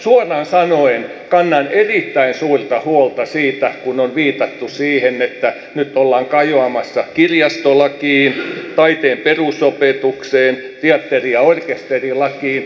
suoraan sanoen kannan erittäin suurta huolta siitä mihin on viitattu että nyt ollaan kajoamassa kirjastolakiin taiteen perusopetukseen teatteri ja orkesterilakiin